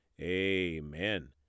amen